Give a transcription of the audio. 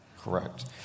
Correct